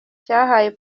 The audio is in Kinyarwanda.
cyahaye